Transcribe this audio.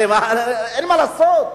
הרי אין מה לעשות.